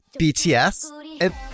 BTS